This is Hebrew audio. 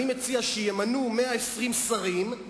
אני מציע שימנו 120 שרים,